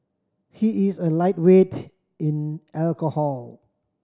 he is a lightweight in alcohol